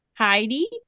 Heidi